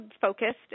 focused